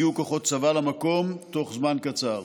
הגיעו כוחות צבא למקום תוך זמן קצר.